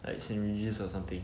like saint regis or something